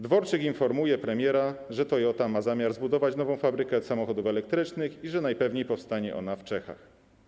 Dworczyk informuje premiera, że Toyota ma zamiar zbudować nową fabrykę samochodów elektrycznych i że najpewniej powstanie ona w Czechach.